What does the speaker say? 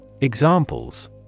Examples